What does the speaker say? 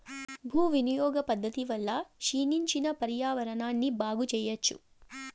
భూ వినియోగ పద్ధతి వల్ల క్షీణించిన పర్యావరణాన్ని బాగు చెయ్యచ్చు